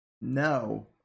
no